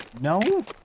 No